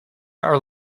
are